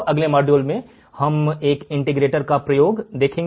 अगले मॉड्यूल में हम एक इंटीग्रेटर के उपयोग को देखेंगे